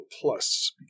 plus